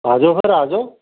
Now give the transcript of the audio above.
ਆਜੋ ਫਿਰ ਆਜੋ